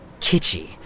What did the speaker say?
kitschy